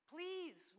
Please